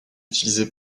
utilisée